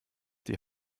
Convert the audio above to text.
die